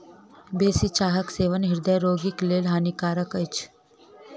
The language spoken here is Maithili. बेसी चाहक सेवन हृदय रोगीक लेल हानिकारक अछि